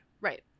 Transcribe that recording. Right